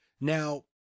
Now